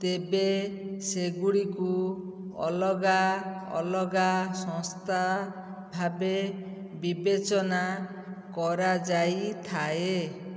ତେବେ ସେଗୁଡ଼ିକୁ ଅଲଗା ଅଲଗା ସଂସ୍ଥା ଭାବେ ବିବେଚନା କରାଯାଇଥାଏ